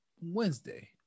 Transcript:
Wednesday